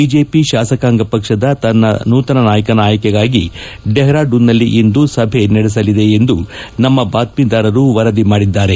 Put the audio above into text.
BJP ಶಾಸಕಾಂಗ ಪಕ್ಷದ ತನ್ನ ನೂತನ ನಾಯಕನ ಆಯ್ಲಿಗಾಗಿ ಡೆಪ್ರಡೂನ್ ನಲ್ಲಿ ಇಂದು ಸಭೆ ನಡೆಸಲಿದೆ ಎಂದು ನಮ್ಮ ಬಾತ್ನೀದಾರರು ವರಿದಿ ಮಾಡಿದ್ದಾರೆ